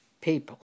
people